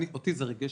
אותי זה ריגש.